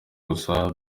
gusa